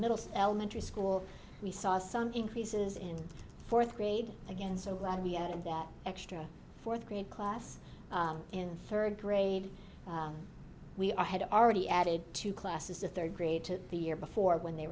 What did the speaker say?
middle elementary school we saw some increases in fourth grade again so glad we had that extra fourth grade class in third grade we are had already added two classes a third grade to the year before when they